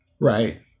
Right